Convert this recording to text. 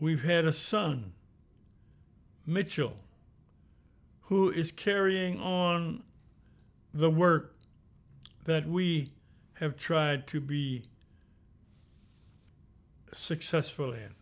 we've had a son michel who is carrying on the work that we have tried to be successful